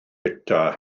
bwyta